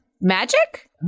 magic